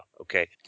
okay